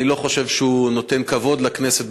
אני לא חושב שהוא נותן כבוד לכנסת,